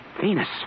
Venus